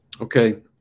Okay